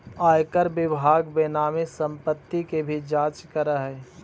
आयकर विभाग बेनामी संपत्ति के भी जांच करऽ हई